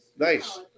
Nice